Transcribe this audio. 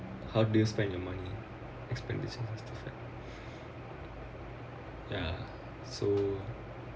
how do you spend your money expenditure as a fact ya so